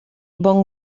bon